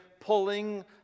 pulling